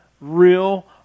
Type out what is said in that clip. real